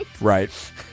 Right